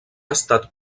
estat